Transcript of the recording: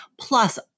plus